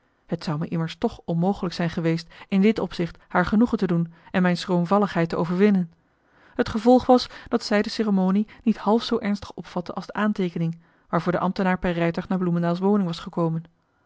het zou me immers toch onmogelijk zijn geweest in dit opzicht haar genoegen te doen en mijn schroomvalligheid te overwinnen het gevolg was dat zij de ceremonie niet half zoo ernstig opvatte als de aanteekening waarvoor de ambtennar per rijtuig naar bloemendaels woning was gekomen